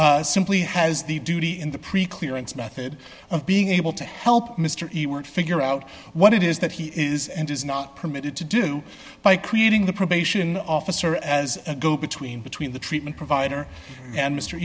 officer simply has the duty in the pre clearance method of being able to help mr he worked figure out what it is that he is and is not permitted to do by creating the probation officer as a go between between the treatment provider